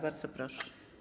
Bardzo proszę.